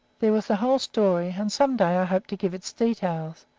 there was the whole story, and some day i hope to give its details,